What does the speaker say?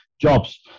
jobs